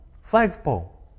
Flagpole